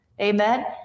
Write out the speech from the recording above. amen